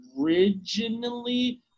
originally